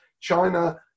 China